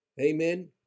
Amen